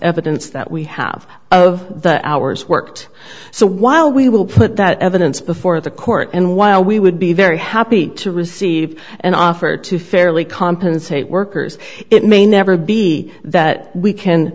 evidence that we have of the hours worked so while we will put that evidence before the court and while we would be very happy to receive an offer to fairly compensate workers it may never be that we can